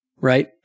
right